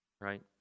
right